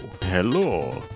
hello